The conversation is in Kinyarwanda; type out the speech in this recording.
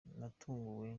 natunguwe